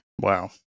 Wow